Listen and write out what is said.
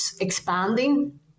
expanding